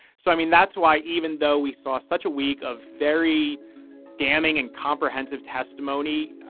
so, i mean, that's why even though we saw such a week of very damning and comprehensive testimony,